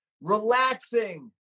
relaxing